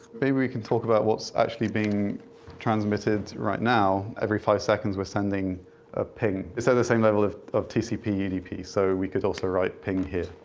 maybe we can talk about what's actually being transmitted right now every five seconds, we're sending a ping. it's at the same level of of tcp yeah udp so, we could also write ping here,